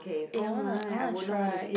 eh I wanna I wanna try